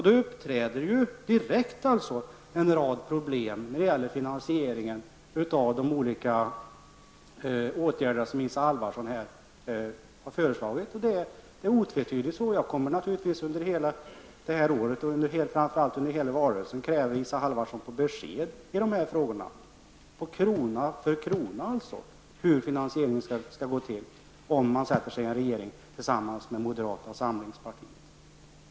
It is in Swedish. Då uppträder direkt en rad problem när det gäller finansieringen av de olika åtgärder Isa Halvarsson här har föreslagit. Det är otvetydigt så. Jag kommer naturligtvis under hela det här året och framför allt under hela valrörelsen att kräva Isa Halvarsson på besked i dessa frågor, på hur finansieringen, krona för krona, skall gå till om Isa Halvarssons parti sätter sig i en regering tillsammans med moderata samlingspartiet.